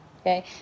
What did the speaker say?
Okay